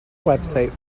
website